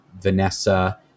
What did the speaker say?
Vanessa